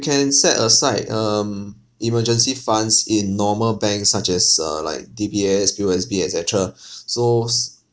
can set aside um emergency funds in normal bank such as err like D_B_S P_O_S_B et cetera so